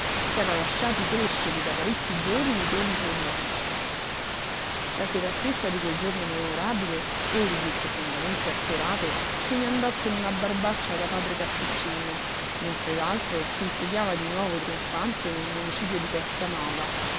s'era lasciati crescere da parecchi giorni i peli su le guance la sera stessa di quel giorno memorabile egli profondamente accorato se ne andò con una barbaccia da padre cappuccino mentre l'altro s'insediava di nuovo trionfante nel municipio di